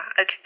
okay